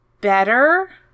better